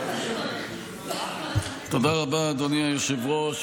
תודה רבה, אדוני היושב-ראש.